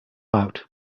out